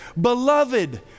beloved